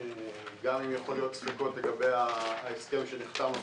גם אם יכולות להיות ספקות לגבי ההסכם שנחתם,